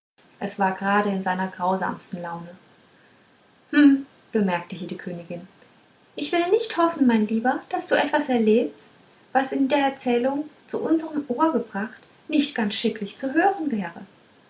es war grade in seiner grausamsten laune hm bemerkte hier die königin ich will nicht hoffen mein lieber daß du etwas erlebst was in der erzählung zu unserm ohr gebracht nicht ganz schicklich zu hören wäre